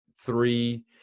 three